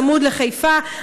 צמוד לחיפה.